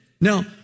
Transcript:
Now